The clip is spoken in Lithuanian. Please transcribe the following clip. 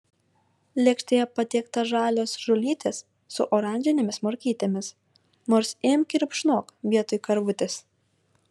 lėkštėje patiekta žalios žolytės su oranžinėmis morkytėmis nors imk ir rupšnok vietoj karvutės